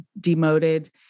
demoted